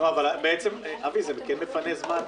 זה מפנה זמן.